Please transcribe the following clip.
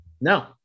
No